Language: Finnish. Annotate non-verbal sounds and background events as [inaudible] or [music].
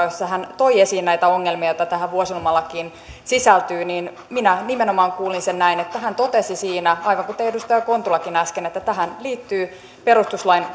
[unintelligible] jossa hän toi esiin näitä ongelmia joita tähän vuosilomalakiin sisältyy niin minä nimenomaan kuulin sen näin että hän totesi siinä aivan kuten edustaja kontulakin äsken että tähän liittyy perustuslain [unintelligible]